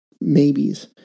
maybes